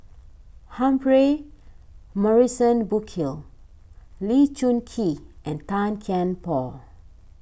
Humphrey Morrison Burkill Lee Choon Kee and Tan Kian Por